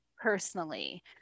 personally